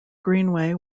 greenway